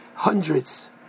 Hundreds